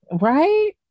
Right